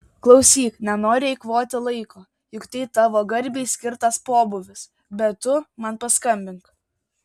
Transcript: klausyk nenoriu eikvoti laiko juk tai tavo garbei skirtas pobūvis bet tu man paskambink